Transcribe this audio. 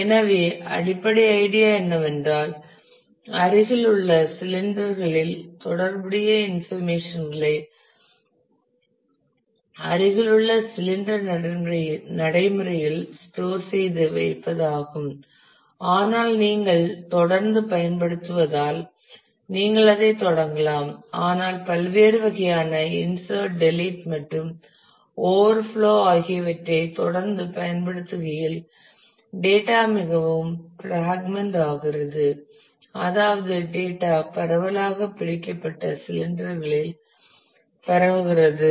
எனவே அடிப்படை ஐடியா என்னவென்றால் அருகிலுள்ள சிலிண்டர்களில் தொடர்புடைய இன்ஃபர்மேஷன் களை அருகிலுள்ள சிலிண்டர் நடைமுறையில் ஸ்டோர் செய்து வைப்பது ஆகும் ஆனால் நீங்கள தொடர்ந்து பயன்படுத்துவதால் நீங்கள் அதைத் தொடங்கலாம் ஆனால் பல்வேறு வகையான இன்சட் டெலிட் மற்றும் ஓவர்ஃப்ளோ ஆகியவற்றைத் தொடர்ந்து பயன்படுத்துகையில் டேட்டா மிகவும் பிராக்மெண்ட் ஆகிறது அதாவது டேட்டா பரவலாக பிரிக்கப்பட்ட சிலிண்டர்களில் பரவுகிறது